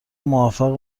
موفق